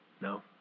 No